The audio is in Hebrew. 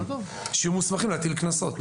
שיהיו מוסמכים להטיל קנסות.